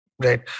Right